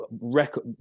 record